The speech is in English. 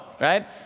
right